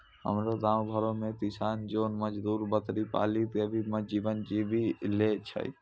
हमरो गांव घरो मॅ किसान जोन मजदुर बकरी पाली कॅ भी जीवन जीवी लॅ छय